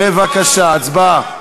בבקשה, הצבעה.